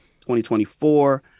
2024